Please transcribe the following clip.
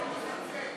אני אגיד את זה עוד פעם.